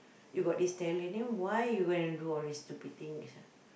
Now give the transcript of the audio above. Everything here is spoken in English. you got this talent then why you go and do all these stupid things ah